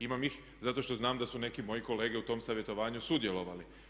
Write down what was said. Imam ih zato što znam da su neki moji kolege u tom savjetovanju sudjelovali.